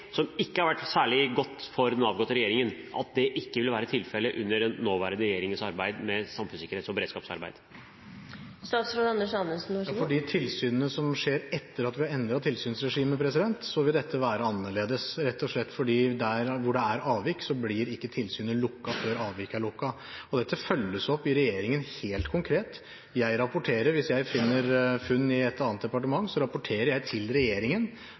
3 ikke har vært særlig godt fra den avgåtte regjerings side, ikke vil være tilfellet under den nåværende regjeringens arbeid med samfunnssikkerhets- og beredskapsarbeidet. For de tilsynene som skjer etter at vi har endret tilsynsregimet, vil dette være annerledes, rett og slett fordi der hvor det er avvik, blir ikke tilsynet lukket før avviket er lukket. Dette følges opp i regjeringen helt konkret. Hvis jeg gjør funn i et annet departement, rapporterer jeg til regjeringen